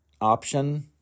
option